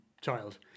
child